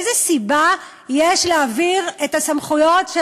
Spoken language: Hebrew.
איזו סיבה יש להעביר את הסמכויות של